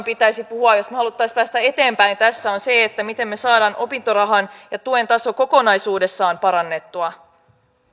pitäisi puhua jos me haluaisimme päästä eteenpäin tässä on se miten me saamme opintorahan ja tuen tasoa kokonaisuudessaan parannettua